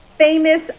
Famous